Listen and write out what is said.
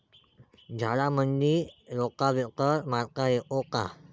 झाडामंदी रोटावेटर मारता येतो काय?